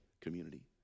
community